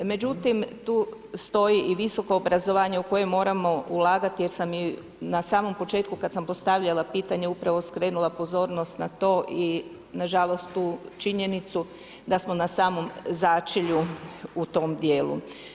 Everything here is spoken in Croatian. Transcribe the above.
Međutim, tu stoji i visoko obrazovanje u koje moramo ulagati jer sam i na samom početku kad sam postavljala pitanje upravo skrenula pozornost na to i na žalost tu činjenicu da smo na samom začelju u tom dijelu.